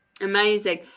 amazing